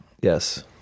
Yes